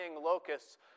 locusts